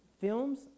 films